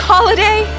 Holiday